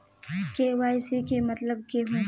KYC के मतलब केहू?